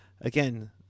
Again